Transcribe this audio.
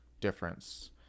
difference